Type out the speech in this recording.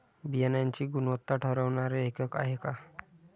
बियाणांची गुणवत्ता ठरवणारे एकक आहे का?